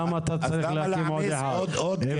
למה אתה צריך להקים עוד אחד?